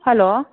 hello